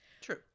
True